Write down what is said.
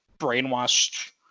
brainwashed